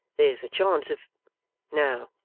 there's the chance of no,